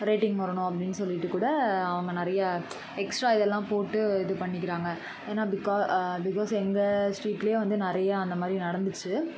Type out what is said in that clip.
rating வரணும் அப்படின்னு சொல்லிட்டு கூட அவங்க நிறையா எக்ஸ்ட்ரா இதெல்லாம் போட்டு இது பண்ணிக்கிறாங்கள் ஏன்னா பிக்கா பிக்காஸ் எங்க ஸ்ட்ரீட்லையே வந்து நிறையா அந்தமாதிரி நடந்துச்சு